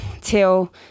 till